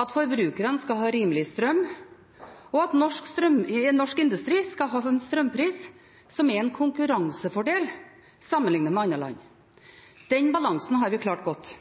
at forbrukerne skal ha rimelig strøm, og at norsk industri skal ha en strømpris som er en konkurransefordel sammenlignet med andre land. Den balansen har vi klart godt.